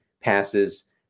passes